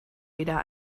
wieder